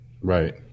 Right